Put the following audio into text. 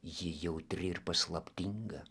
ji jautri ir paslaptinga